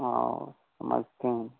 समझते हैं